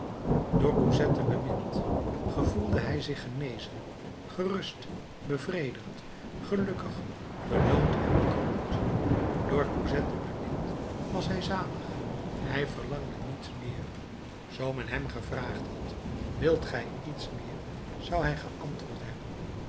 door cosette bemind gevoelde hij zich genezen gerust bevredigd gelukkig beloond en bekroond door cosette bemind was hij zalig hij verlangde niets meer zoo men hem gevraagd had wilt gij iets meer zou hij geantwoord hebben